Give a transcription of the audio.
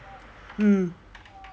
mm